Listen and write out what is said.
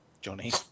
Johnny